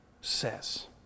says